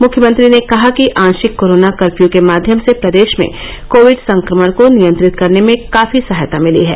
मुख्यमंत्री ने कहा कि आशिक कोरोना कर्फ्य के माध्यम से प्रदेश में कोविड संक्रमण को नियंत्रित करने में काफी सहायता मिली है